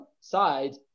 side